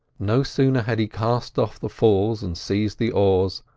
no sooner had he cast off the falls and seized the oars,